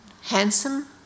handsome